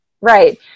Right